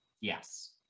Yes